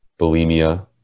bulimia